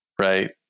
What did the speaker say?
right